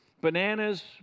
bananas